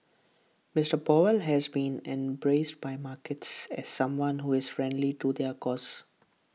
Mister powell has been embraced by markets as someone who is friendly to their cause